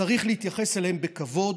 צריך להתייחס אליהם בכבוד.